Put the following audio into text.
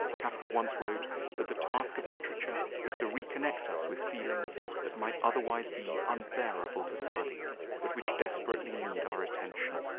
kafka once wrote that the task of literature is to reconnect us with feelings that might otherwise be unbearable to study but which desperately need our attention.